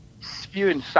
spewing